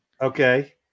Okay